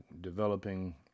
developing